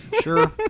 Sure